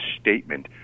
statement